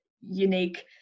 unique